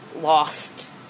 lost